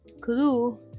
Clue